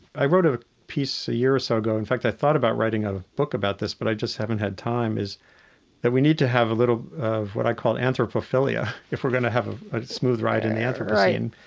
i wrote a piece a year or so ago. in fact, i thought about writing a book about this, but i just haven't had time is that we need to have a little of what i call anthropophilia if we're going to have a smooth ride in anthropocene,